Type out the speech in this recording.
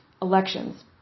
Elections